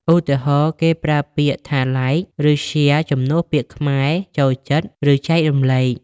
ឧទាហរណ៍ ពួកគេប្រើពាក្យថា "like" ឬ "share" ជំនួសពាក្យខ្មែរ "ចូលចិត្ត" ឬ "ចែករំលែក"។